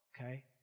okay